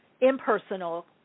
impersonal